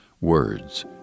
words